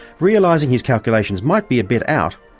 realising his calculations might be a bit out,